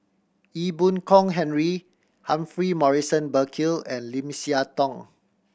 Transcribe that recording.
Ee Boon Kong Henry Humphrey Morrison Burkill and Lim Siah Tong